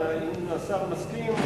אם השר מסכים,